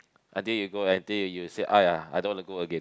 until you go I think you will say !aiya! I don't want to go again